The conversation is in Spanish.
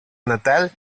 natal